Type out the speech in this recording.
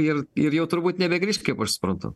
ir ir jau turbūt nebegrįš kaip aš suprantu